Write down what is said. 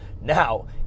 Now